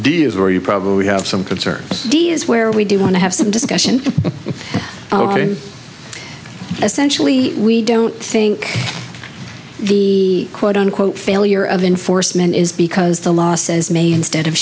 do or you probably have some concerns d is where we do want to have some discussion already essentially we don't think the quote unquote failure of enforcement is because the law says may instead of